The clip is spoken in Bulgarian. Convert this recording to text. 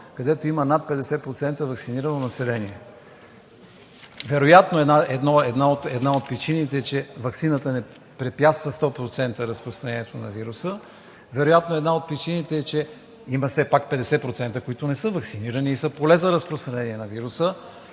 където има над 50% ваксинирано население. Вероятно една от причините е, че ваксината не препятства 100% разпространението на вируса. Вероятно една от причините е, че все пак има 50%, които не са ваксинирани и са поле за разпространение на вируса.